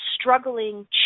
struggling